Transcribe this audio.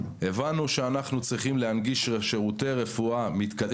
הבנו שאנחנו צריכים להנגיש שרותי רפואה מתקדמים.